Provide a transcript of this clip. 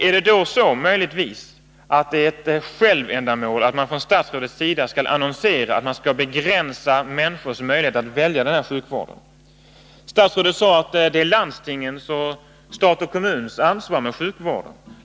Är det för statsrådet ett självändamål att annonsera att man skall begränsa människors möjlighet att välja denna sjukvård? Statsrådet sade att sjukvården är landstingens, statens och kommunernas ansvarsområde.